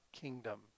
kingdom